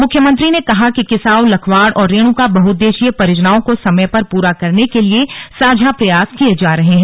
मुख्यमंत्री ने कहा कि किसाऊ लखवाड़ और रेणुका बहुउद्देश्यीय परियोजनाओं को समय पर पूरा करने के लिए साझा प्रयास किये जा रहे हैं